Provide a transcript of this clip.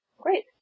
Great